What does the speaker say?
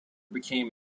became